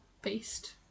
based